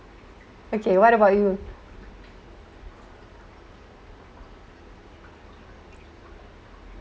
okay what about you